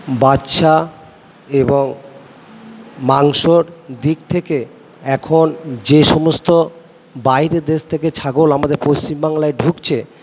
বাচ্চা এবং মাংসর দিক থেকে এখন যে সমস্ত বাইরের দেশ থেকে ছাগল আমাদের পশ্চিমবাংলায় ঢুকছে